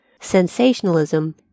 sensationalism